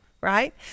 right